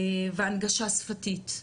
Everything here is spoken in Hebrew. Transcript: והנגשה שפתית.